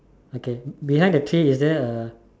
okay behind the tray is there a